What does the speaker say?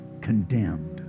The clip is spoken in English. condemned